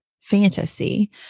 fantasy